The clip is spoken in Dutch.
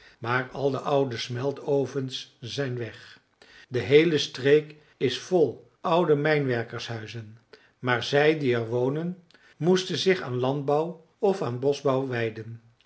maar al de oude smeltovens zijn weg de heele streek is vol oude mijnwerkershuizen maar zij die er wonen moesten zich aan landbouw of aan boschbouw wijden